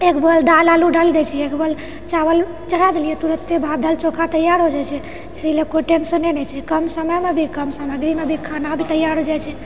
एक अगल डाल आलू डाल दय छियै एक बगल चावल चढ़ै देलियै तुरते भात दालि चोखा तैयार हो जाइ छै इसीलिए कोइ टेन्सने नहि छै कम समयमे भी कम सामग्रीमे भी खाना भी तैयार हो जाइ छै